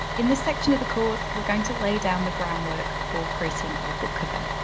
in this section of the course, we're going to lay down the groundwork for creating our book cover.